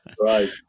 right